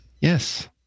Yes